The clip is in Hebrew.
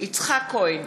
יצחק כהן,